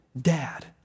Dad